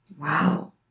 Wow